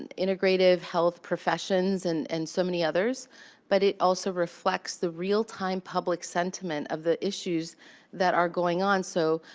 and integrated health professions, and and so many others but it also reflects the real-time public sentiment of the issues that are going on. so,